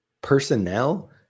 personnel